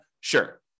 Sure